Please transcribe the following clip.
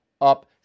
up